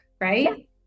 right